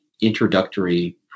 introductory